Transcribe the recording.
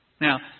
Now